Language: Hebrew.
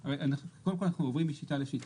קודם כול, אנחנו עוברים משיטה לשיטה.